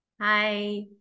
Hi